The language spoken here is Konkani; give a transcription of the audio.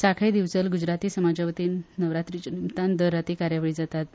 सांखळे दिवचल गुजराती समाजा वतीन नवरात्रीच्या निमतान दर राती कार्यावळी जातात